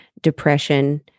depression